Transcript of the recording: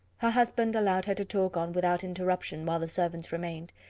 her husband allowed her to talk on without interruption while the servants remained.